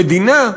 המדינה,